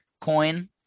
coin